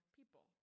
people